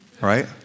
right